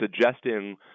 suggesting